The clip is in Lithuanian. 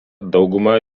daugumą